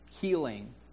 healing